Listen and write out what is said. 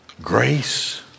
grace